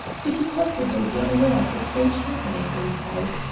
could he possibly be unaware of the strange happenings in his house,